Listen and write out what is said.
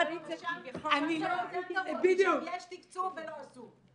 -- שם זה יותר גרוע כי שם יש תקצוב ולא עשו.